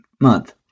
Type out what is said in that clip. month